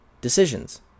decisions